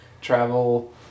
travel